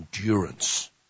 endurance